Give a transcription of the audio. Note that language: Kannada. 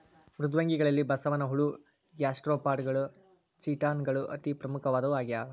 ಮೃದ್ವಂಗಿಗಳಲ್ಲಿ ಬಸವನಹುಳ ಗ್ಯಾಸ್ಟ್ರೋಪಾಡಗಳು ಚಿಟಾನ್ ಗಳು ಅತಿ ಪ್ರಮುಖವಾದವು ಆಗ್ಯಾವ